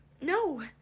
No